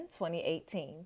2018